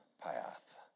path